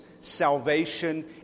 salvation